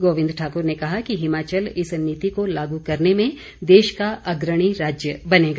गोविंद ठाकुर ने कहा कि हिमाचल इस नीति को लागू करने में देश का अग्रणी राज्य बनेगा